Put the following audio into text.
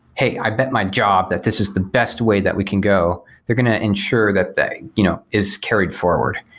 hey, i bet my job that this is the best way that we can go. they're going to ensure that that you know is carried forward,